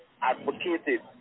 advocated